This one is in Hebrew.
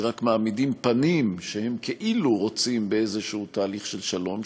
שרק מעמידים פנים שהם כאילו רוצים באיזשהו תהליך של שלום,